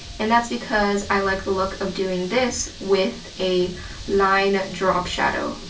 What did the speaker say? and that's because i like the look of doing this with a line drop shadow,